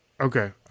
okay